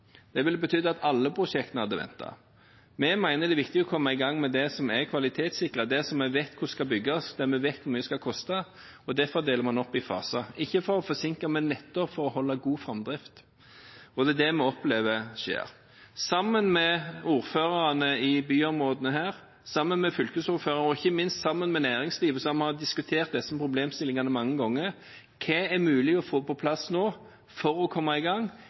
Det ville ha betydd at alle prosjektene hadde ventet. Vi mener det er viktig å komme i gang med det som er kvalitetssikret, det vi vet hvordan skal bygges, og det vi vet hvor mye skal koste. Derfor deler man opp i faser – ikke for å forsinke, men nettopp for å holde god framdrift, og det er det vi opplever skjer. Sammen med ordførerne i disse byområdene, sammen med fylkesordføreren og ikke minst sammen med næringslivet har vi diskutert disse problemstillingene mange ganger: Hva er mulig å få på plass nå – for å komme i gang?